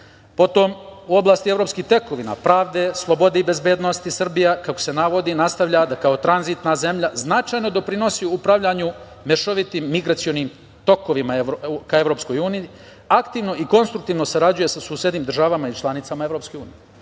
potom u oblasti evropskih tekovina, pravde, slobode i bezbednosti Srbija, kako se navodi, nastavlja da kao tranzitna zemlja značajno doprinosi upravljanju mešovitim migracionim tokovima ka EU, aktivno i konstruktivno sarađuje sa susednim državama i članicama EU. Znači,